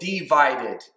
divided